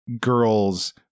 girls